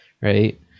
right